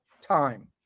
time